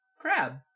Crab